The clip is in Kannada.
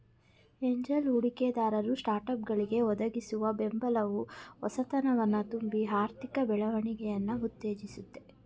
ಏಂಜಲ್ ಹೂಡಿಕೆದಾರರು ಸ್ಟಾರ್ಟ್ಅಪ್ಗಳ್ಗೆ ಒದಗಿಸುವ ಬೆಂಬಲವು ಹೊಸತನವನ್ನ ತುಂಬಿ ಆರ್ಥಿಕ ಬೆಳವಣಿಗೆಯನ್ನ ಉತ್ತೇಜಿಸುತ್ತೆ